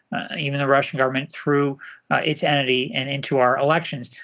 even the russian government through its entity and into our elections.